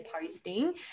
posting